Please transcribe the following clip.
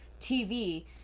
TV